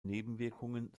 nebenwirkungen